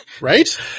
Right